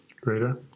Greta